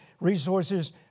resources